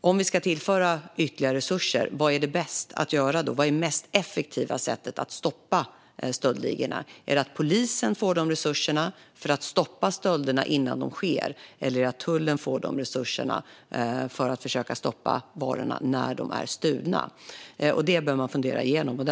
Om vi ska tillföra ytterligare resurser, vad är det bästa att göra? Vilket är det mest effektiva sättet att stoppa stöldligorna? Är det att polisen får de resurserna för att stoppa stölderna innan de sker, eller är det att tullen får de resurserna för att försöka stoppa varorna när de är stulna? Detta behöver man fundera igenom.